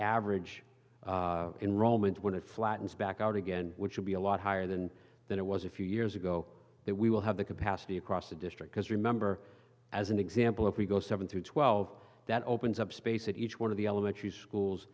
average enrollment when it flattens back out again which would be a lot higher than than it was a few years ago that we will have the capacity across the district has remember as an example if we go seven through twelve that opens up space that each one of the elementary schools